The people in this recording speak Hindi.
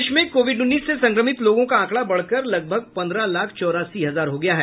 देश में कोविड उन्नीस से संक्रमित लोगों का आंकड़ा बढ़कर लगभग पंद्रह लाख चौरासी हजार हो गया है